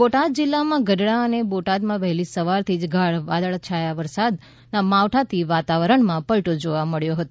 બોટાદ જિલ્લામાં ગઢડા અને બોટાદમાં વહેલી સવારથી ગાઢ વાદળાં છવાયા અને વરસાદ માવઠાથી વાતાવરણમાં પલટો જોવા મળ્યો હતો